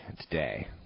today